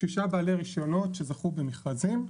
שישה בעלי רישיונות שזכו במכרזים.